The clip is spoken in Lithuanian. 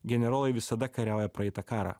generolai visada kariauja praeitą karą